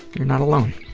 you're not alone.